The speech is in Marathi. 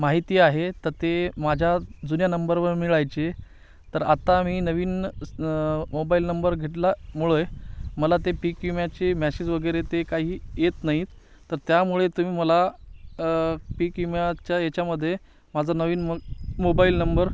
माहिती आहे तर ते माझ्या जुन्या नंबरवर मिळायचे तर आता मी नवीन मोबाईल नंबर घेतल्यामुळे मला ते पीकविम्याचे मॅसेज वगैरे ते काही येत नाहीत तर त्यामुळे तुम्ही मला पीकविम्याच्या याच्यामध्ये माझं नवीन मो मोबाईल नंबर